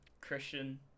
christian